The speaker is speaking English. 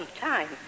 time